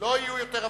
לא יהיו יותר הפרעות.